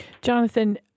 Jonathan